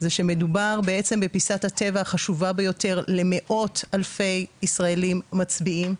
שמדובר בעצם בפיסת הטבע החשובה ביותר למאות אלפי ישראלים מצביעים.